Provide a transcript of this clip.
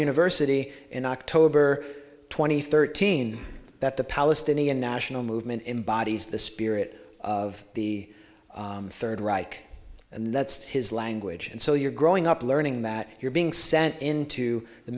university in october twenty third teen that the palestinian national movement embodies the spirit of the third reich and that's his language and so you're growing up learning that you're being sent into the